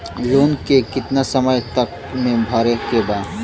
Loan के कितना समय तक मे भरे के बा?